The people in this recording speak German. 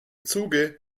zuge